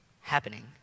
happening